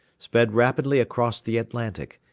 sped rapidly across the atlantic,